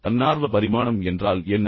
தன்னார்வ பரிமாணம் என்றால் என்ன